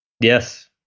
Yes